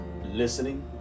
listening